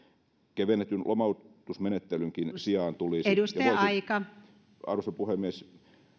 kevennetyn lomautusmenettelynkin sijaan tulisi arvoisa puhemies